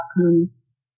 outcomes